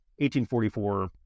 1844